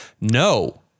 no